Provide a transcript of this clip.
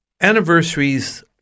Anniversaries